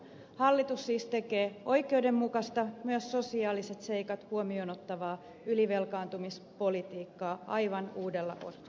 hallitus siis tekee oikeudenmukaista myös sosiaaliset seikat huomioon ottavaa ylivelkaantumispolitiikkaa aivan uudella otteella